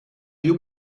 you